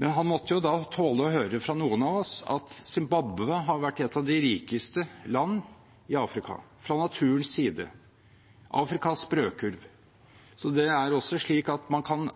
Han måtte tåle å høre fra noen av oss at Zimbabwe har vært et av de rikeste landene i Afrika fra naturens side – «Afrikas brødkurv». Man kan